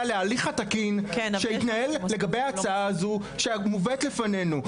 להליך התקין שהתנהל לגבי ההצעה הזאת שמובאת בפנינו.